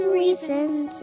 reasons